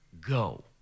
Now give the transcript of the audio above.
Go